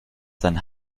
sein